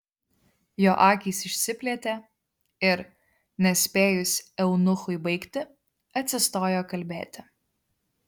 jo akys išsiplėtė ir nespėjus eunuchui baigti atsistojo kalbėti